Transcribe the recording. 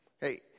Hey